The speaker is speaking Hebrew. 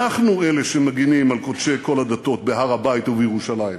אנחנו אלה שמגינים על קודשי כל הדתות בהר-הבית ובירושלים.